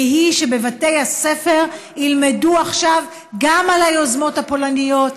והיא שבבתי הספר ילמדו עכשיו גם על היוזמות הפולניות,